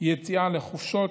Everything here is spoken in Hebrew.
יציאה לחופשות,